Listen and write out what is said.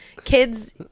kids